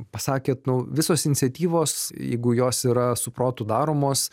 pasakėt nu visos iniciatyvos jeigu jos yra su protu daromos